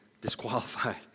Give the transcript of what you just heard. disqualified